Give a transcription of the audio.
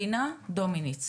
דינה, אני מבינה